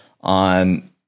on